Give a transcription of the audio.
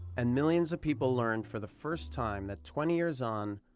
and millions of people learned for the first time that twenty years on,